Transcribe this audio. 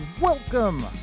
welcome